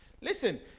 Listen